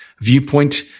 viewpoint